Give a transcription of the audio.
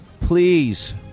Please